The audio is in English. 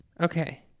Okay